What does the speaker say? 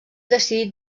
decidit